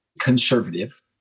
conservative